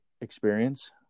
experience